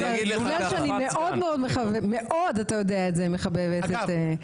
אבל אתה יודע שאני מאוד מאוד מחבבת את הרב